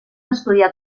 estudià